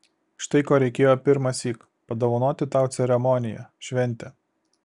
štai ko reikėjo pirmąsyk padovanoti tau ceremoniją šventę